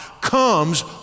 comes